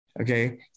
Okay